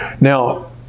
Now